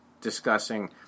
discussing